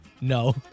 No